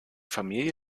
familie